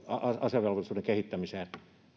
asevelvollisuuden kehittämiseen